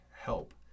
help